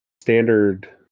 standard